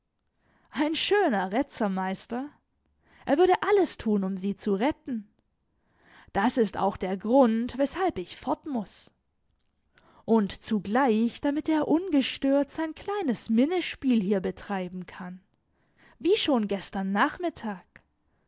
ein schöner retzermeister er würde alles tun um sie zu retten das ist auch der grund weshalb ich fort muß und zugleich damit er ungestört sein kleines minnespiel hier betreiben kann wie schon gestern nachmittag